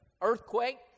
earthquake